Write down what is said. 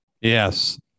Yes